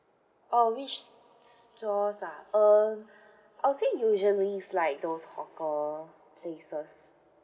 oh which stores ah um I'll say usually is like those hawker places